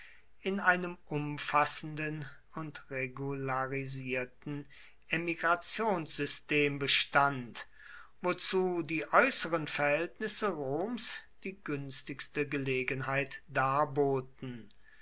in einem umfassenden und regularisierten emigrationssystem bestand wozu die äußeren verhältnisse roms die günstigste gelegenheit darboten